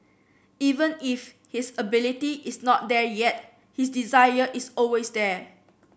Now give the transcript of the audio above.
even if his ability is not there yet his desire is always there